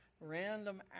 Random